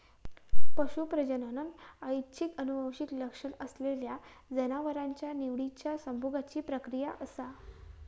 पशू प्रजनन ऐच्छिक आनुवंशिक लक्षण असलेल्या जनावरांच्या निवडिच्या संभोगाची प्रक्रिया असा